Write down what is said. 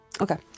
okay